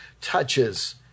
touches